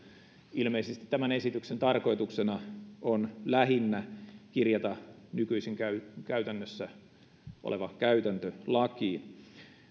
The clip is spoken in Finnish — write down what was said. ilmeisesti tämän esityksen tarkoituksena on lähinnä kirjata nykyisin käytännössä oleva käytäntö lakiin